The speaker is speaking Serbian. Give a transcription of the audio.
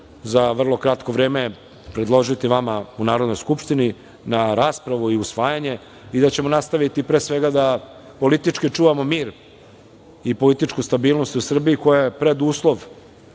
za vrlo kratko vreme predložiti vama u Narodnoj skupštini na raspravu i usvajanje i da ćemo nastaviti pre svega da politički čuvamo mir i političku stabilnost u Srbiji, koja je preduslov